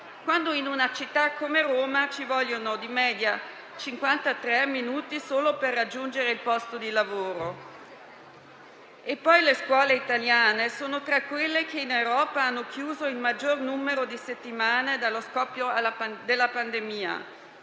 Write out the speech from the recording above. quando in una città come Roma ci vogliono in media 53 minuti solo per raggiungere il posto di lavoro. E poi le scuole italiane sono tra quelle che in Europa hanno chiuso il maggior numero di settimane dallo scoppio alla pandemia.